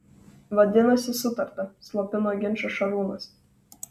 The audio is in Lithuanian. vadinasi sutarta slopino ginčą šarūnas